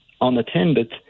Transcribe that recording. unattended